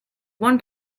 one